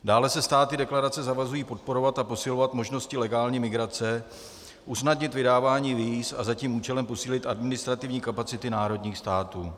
Dále se státy deklarace zavazují podporovat a posilovat možnosti legální migrace, usnadnit vydávání víz a za tím účelem posílit administrativní kapacity národních států.